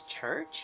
church